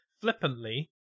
Flippantly